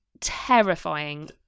terrifying